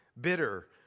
bitter